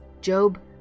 job